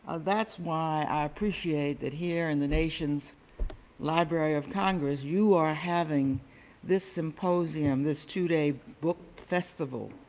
that's why i appreciate that here in the nation's library of congress you are having this symposium, this two-day book festival,